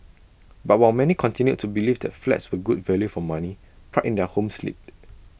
but while many continued to believe that flats were good value for money pride in their homes slipped